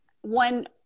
one